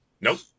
Nope